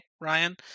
Ryan